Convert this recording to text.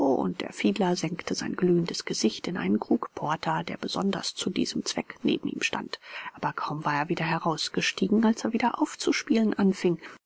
und der fiedler senkte sein glühendes gesicht in einen krug porter der besonders zu diesem zweck neben ihm stand aber kaum war er wieder herausgestiegen als er wieder aufzuspielen anfing